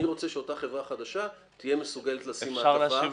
אני רוצה שאותה חברה חדשה תהיה מסוגלת לשים מעטפה,